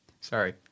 Sorry